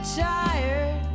tired